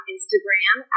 Instagram